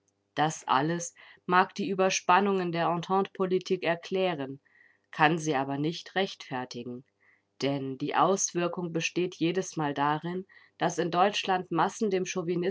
das alles mag die überspannungen der ententepolitik erklären kann sie aber nicht rechtfertigen denn die auswirkung besteht jedesmal darin daß in deutschland massen dem